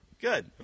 Good